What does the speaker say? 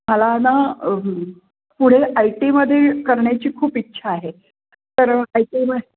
मला ना पुढे आय टीमधे करण्याची खूप इच्छा आहे तर आय टीला